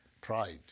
Pride